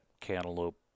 cantaloupe